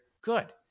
good